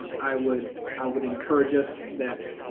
i would i would encourage us that